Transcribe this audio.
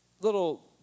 little